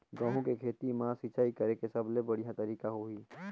गंहू के खेती मां सिंचाई करेके सबले बढ़िया तरीका होही?